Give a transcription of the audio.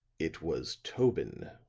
it was tobin,